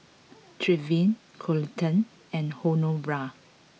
Trevin Coleton and Honora